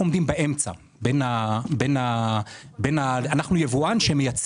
אנחנו עומדים באמצע, אנחנו יבואן שמייצר.